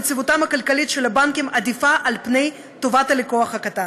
יציבותם הכלכלית של הבנקים עדיפה על טובת הלקוח הקטן.